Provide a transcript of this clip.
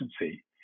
efficiency